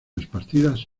esparcidas